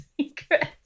secret